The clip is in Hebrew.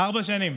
ארבע שנים.